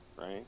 right